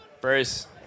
Bruce